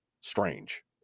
strange